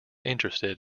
interested